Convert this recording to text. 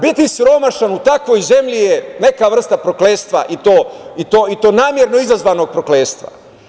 Biti siromašan u takvoj zemlji je neka vrsta prokletstva i to namerno izazvanog prokletstva.